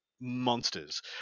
monsters